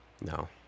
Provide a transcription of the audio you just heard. No